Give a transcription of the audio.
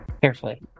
Carefully